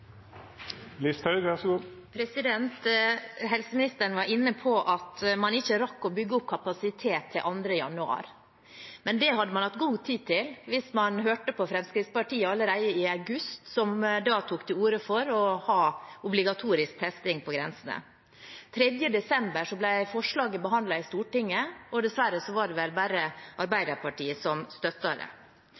Helseministeren var inne på at man ikke rakk å bygge opp kapasitet til 2. januar. Men det hadde man hatt god tid til hvis man hadde hørt på Fremskrittspartiet, som allerede i august tok til orde for å ha obligatorisk testing på grensen. Den 3. desember ble forslaget behandlet i Stortinget. Dessverre var det vel bare Arbeiderpartiet som støttet det.